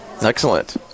Excellent